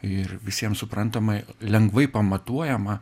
ir visiems suprantamai lengvai pamatuojamą